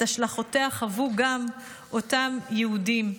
את השלכותיה חוו גם אותם יהודים.